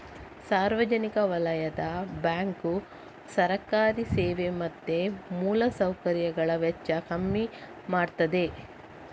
ಸಾರ್ವಜನಿಕ ವಲಯದ ಬ್ಯಾಂಕು ಸರ್ಕಾರಿ ಸೇವೆ ಮತ್ತೆ ಮೂಲ ಸೌಕರ್ಯಗಳ ವೆಚ್ಚ ಕಮ್ಮಿ ಮಾಡ್ತದೆ